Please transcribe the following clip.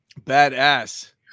Badass